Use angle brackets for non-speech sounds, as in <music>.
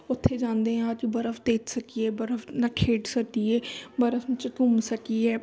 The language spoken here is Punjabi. ਉੱਥੇ ਜਾਂਦੇ ਆਂ <unintelligible> ਬਰਫ ਦੇਖ ਸਕੀਏ ਬਰਫ ਨਾਲ ਖੇਡ ਸਕੀਏ ਬਰਫ 'ਚ ਘੁੰਮ ਸਕੀਏ